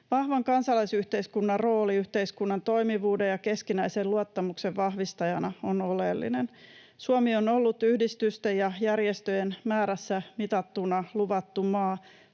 Vahvan kansalaisyhteiskunnan rooli yhteiskunnan toimivuuden ja keskinäisen luottamuksen vahvistajana on oleellinen. Suomi on ollut yhdistysten ja järjestöjen määrässä mitattuna luvattu maa,